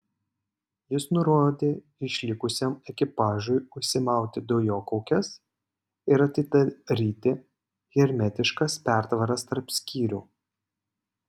jis nurodė išlikusiam ekipažui užsimauti dujokaukes ir atidaryti hermetiškas pertvaras tarp skyrių